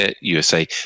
usa